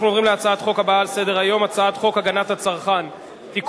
אנחנו עוברים להצעת החוק הבאה על סדר-היום: הצעת חוק הגנת הצרכן (תיקון,